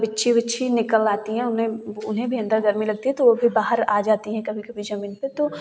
बिच्छू विच्छू निकल आता है उन्हें उन्हें भी अंदर गर्मी लगती है तो वो भी बाहर आ जाते हैं कभी कभी ज़मीन पर तो